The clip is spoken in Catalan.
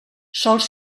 sols